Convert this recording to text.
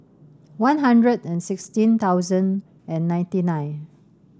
one hundred and sixteen thousand and ninety nine